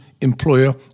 employer